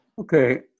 Okay